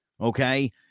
okay